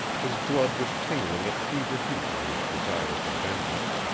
his blood was tingling at fever heat in his desire for vengeance,